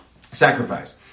Sacrifice